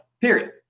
Period